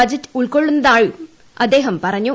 budget ഉൾക്കൊള്ളുന്നതായും അദ്ദേഹം പറഞ്ഞു